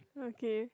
okay